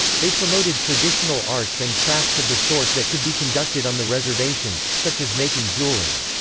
they promoted traditional arts and crafts of the sort that could be conducted on the reservations, such as making jewelry.